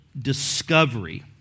discovery